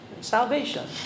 salvation